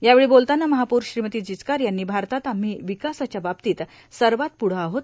यावेळी बोलताना महापौर श्रीमती जिचकार यांनी भारतात आम्ही विकासाच्या बाबतीत सर्वात प्रढं आहोत